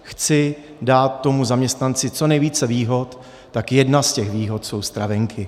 Chci dát tomu zaměstnanci co nejvíce výhod, tak jedna z těch výhod jsou stravenky.